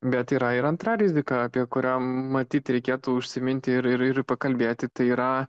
bet yra ir antra rizika apie kurią matyt reikėtų užsiminti ir ir pakalbėti tai yra